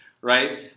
right